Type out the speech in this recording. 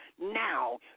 Now